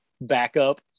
backup